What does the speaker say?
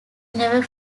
never